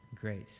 grace